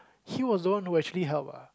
he was the one who actually help ah